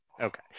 Okay